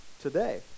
today